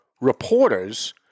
reporters